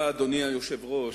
אדוני היושב-ראש,